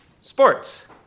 sports